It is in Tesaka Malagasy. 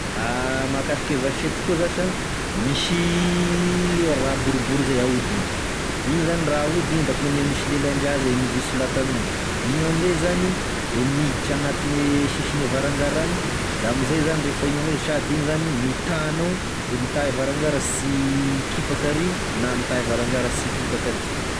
Ah mahakasike vasety koa zà sa, misy raha boribory zay ahodigny, igny zany raha ahodigny da akô ania misy lelan-draha zay mijotso lahatamign'ao, igny amizay zany e miditry agnatine sisine varangara agny da amizay zany refa igny amizai- sady igny zany mitaha anao e mitaha varangaragna sy hikipaky ary na mitaha e varangara sy hikipaky aty.